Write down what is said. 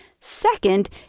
Second